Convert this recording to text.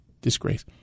disgrace